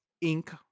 ink